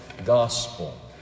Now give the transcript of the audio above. gospel